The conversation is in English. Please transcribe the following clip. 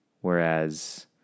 Whereas